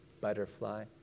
butterfly